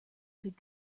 could